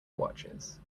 watches